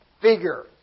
figure